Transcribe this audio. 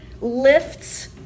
lifts